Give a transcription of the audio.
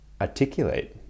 articulate